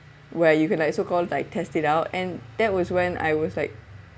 where you can like so called like test it out and that was when I was like